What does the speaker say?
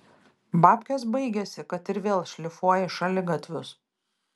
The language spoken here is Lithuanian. babkės baigėsi kad ir vėl šlifuoji šaligatvius